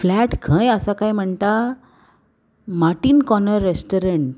flat खंय आसा काय म्हणटा मार्टीन कॉर्नर रेस्टोरंट